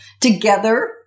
together